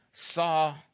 saw